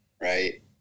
right